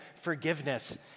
forgiveness